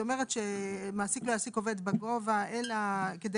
והיא אומרת שמעסיק לא יעסיק עובד בגובה אלא כדי